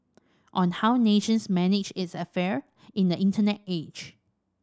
on how nations manage its affair in the Internet age